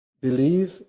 Believe